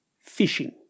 fishing